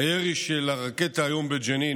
הירי של הרקטה היום בג'נין,